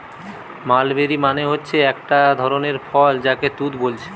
mulberry মানে হচ্ছে একটা ধরণের ফল যাকে তুত বোলছে